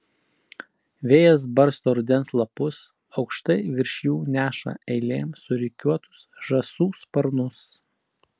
vėjas barsto rudens lapus aukštai virš jų neša eilėm surikiuotus žąsų sparnus